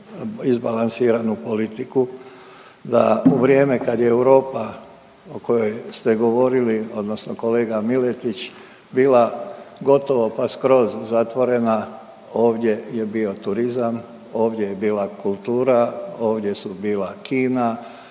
izbalansiranu politiku da u vrijeme kad je Europa o kojoj ste govorili, odnosno kolega Miletić bila gotovo pa skroz zatvorena, ovdje je bio turizam, ovdje je bila kultura, ovdje su bila kina,